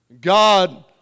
God